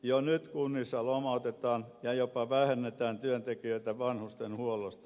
jo nyt kunnissa lomautetaan ja jopa vähennetään työntekijöitä vanhustenhuollosta